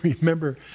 remember